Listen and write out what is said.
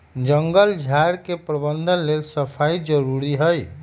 जङगल झार के प्रबंधन लेल सफाई जारुरी हइ